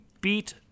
beat